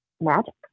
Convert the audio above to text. magic